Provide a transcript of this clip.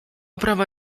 prawa